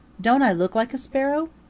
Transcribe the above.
don't i look like a sparrow?